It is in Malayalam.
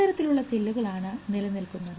ഇത്തരത്തിലുള്ള സെല്ലുകളാണ് നിലനിൽക്കുന്നത്